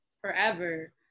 forever